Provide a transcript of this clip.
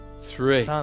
three